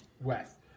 West